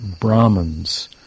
Brahmins